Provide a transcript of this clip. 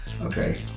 Okay